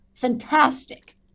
fantastic